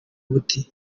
buti